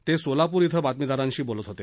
ते सोलापूर इथं बातमीदारांशी बोलत होते